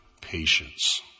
patience